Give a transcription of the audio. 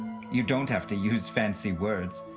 you don't have to use fancy words,